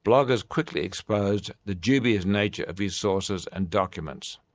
bloggers quickly exposed the dubious nature of his sources and documents.